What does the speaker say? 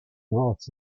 noughts